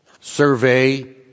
survey